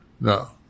No